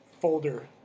folder